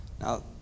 Now